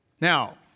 Now